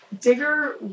Digger